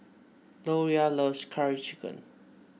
Loria loves Curry Chicken